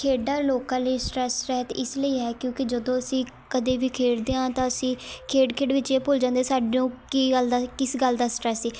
ਖੇਡਾਂ ਲੋਕਾਂ ਲਈ ਸਟਰੈੱਸ ਰਹਿਤ ਇਸ ਲਈ ਹੈ ਕਿਉਂਕਿ ਜਦੋਂ ਅਸੀਂ ਕਦੇ ਵੀ ਖੇਡਦੇ ਹਾਂ ਤਾਂ ਅਸੀਂ ਖੇਡ ਖੇਡ ਵਿੱਚ ਇਹ ਭੁੱਲ ਜਾਂਦੇ ਹਾਂ ਸਾਨੂੰ ਕੀ ਗੱਲ ਦਾ ਕਿਸ ਗੱਲ ਦਾ ਸਟਰੈੱਸ ਸੀ